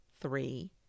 three